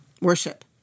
worship